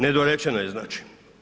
Nedorečeno je znači.